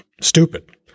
stupid